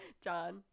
John